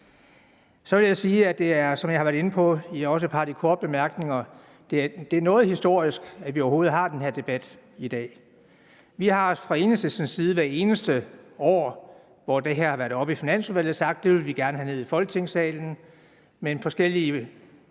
Så vil jeg sige, som jeg også har været inde på i et par af de korte bemærkninger, at det er noget historisk, at vi overhovedet har den her debat i dag. Vi har fra Enhedslistens side hvert eneste år, hvor det her har været oppe i Finansudvalget, sagt, at vi gerne ville have debatten om det ned i Folketingssalen, men forskellige